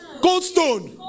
Goldstone